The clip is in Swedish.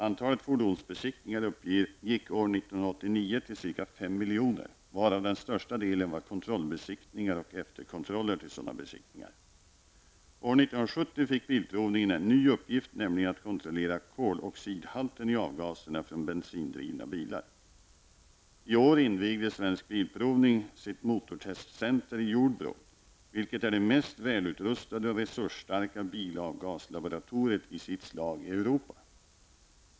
Antalet fordonsbesiktningar uppgick år 1989 till ca 5 miljoner, varav den största delen var kontrollbesiktningar och efterkontroller till sådana besiktningar. År 1970 fick Bilprovningen en ny uppgift nämligen att kontrollera koloxidhalten i avgaserna från bensindrivna bilar. I år invigde Svensk Bilprovning sitt motortestcenter i Jordbro, vilket är det mest välutrustade och resursstarka bilavgaslaboratoriet i sitt slag i Europa.